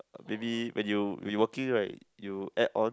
maybe when you when you working right you add on